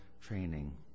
training